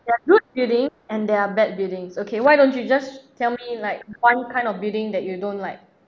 there are good buildings and there are bad buildings okay why don't you just tell me like one kind of building that you don't like